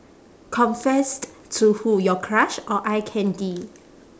confessed to who your crush or eye candy